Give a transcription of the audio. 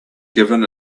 given